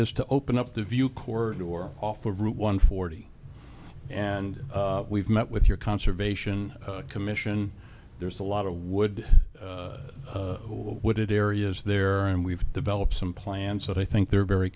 is to open up the view corps door off of route one forty and we've met with your conservation commission there's a lot of wood wooded areas there and we've developed some plants that i think they're very